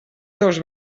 dos